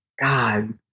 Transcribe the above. God